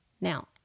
Now